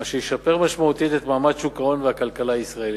מה שישפר משמעותית את מעמד שוק ההון והכלכלה הישראלית.